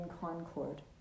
concord